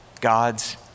God's